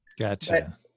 Gotcha